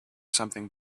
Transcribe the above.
something